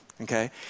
Okay